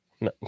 No